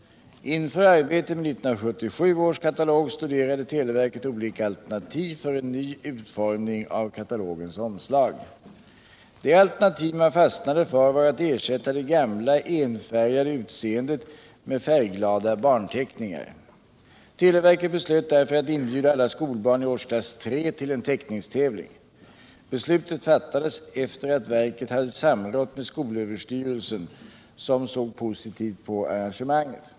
Inför arbetet med 1977 års katalog studerade televerket olika alternativ för en ny utformning av katalogens omslag. Det alternativ man fastnade för var att ersätta det gamla, enfärgade utseendet med färgglada barnteckningar. Televerket beslöt därför att inbjuda alla skolbarn i årsklass tre till en teckningstävling. Beslutet fattades sedan verket hade samrått med skolöverstyrelsen, som såg positivt på arrangemanget.